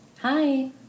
Hi